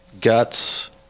Guts